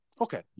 Okay